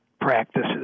practices